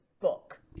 book